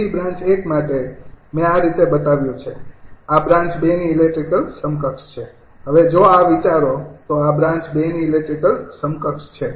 તેથી બ્રાન્ચ ૧ માટે મેં આ રીતે બતાવ્યું છે આ બ્રાન્ચ ૨ ની ઇલેક્ટ્રિકલ સમકક્ષ છે હવે જો આ વિચારો તો આ બ્રાન્ચ ૨ ની ઇલેક્ટ્રિકલ સમકક્ષ છે